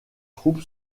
troupe